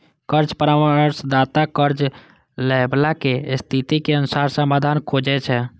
कर्ज परामर्शदाता कर्ज लैबला के स्थितिक अनुसार समाधान खोजै छै